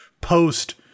post